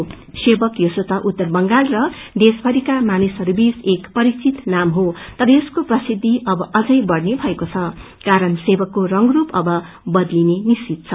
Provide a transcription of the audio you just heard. सेवक यसो त उत्तर बंगाल र देश भरिका मानिसहरूबीच परिचित ाम क्षे तर यसको प्रसिद्धि अब अमै बढ़ने भएको छ कारण सेवकको स्रू रंग अब बदलिने निश्वित छ